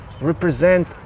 represent